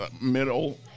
middle